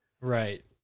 Right